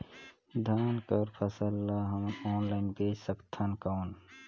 धान कर फसल ल हमन ऑनलाइन बेच सकथन कौन?